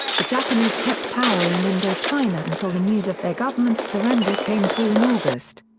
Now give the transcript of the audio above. the japanese kept power in indochina until the news of their government's surrender came through in august.